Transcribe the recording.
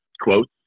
quotes